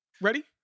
Ready